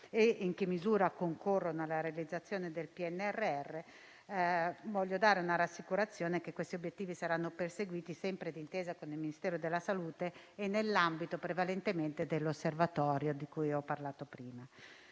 e in che misura concorrono alla realizzazione del PNRR, voglio dare una rassicurazione che questi obiettivi saranno perseguiti sempre d'intesa con il Ministero della salute e nell'ambito prevalentemente dell'Osservatorio di cui ho parlato prima.